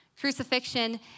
Crucifixion